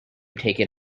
taken